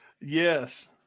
Yes